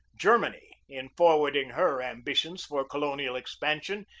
germany, in forwarding her ambi tions for colonial expansion,